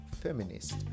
feminist